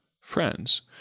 friends